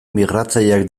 migratzaileak